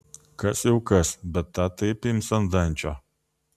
kas jau kas bet ta taip ims ant dančio